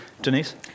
Denise